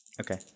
Okay